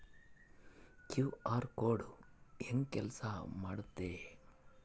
QR code ಹೆಂಗ ಕೆಲಸ ಮಾಡುತ್ತೆ?